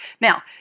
Now